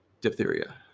Diphtheria